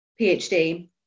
phd